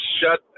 Shut